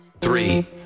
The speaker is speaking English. three